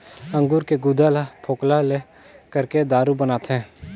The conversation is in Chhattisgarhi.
अंगूर के गुदा ल फोकला ले करके दारू बनाथे